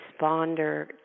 responder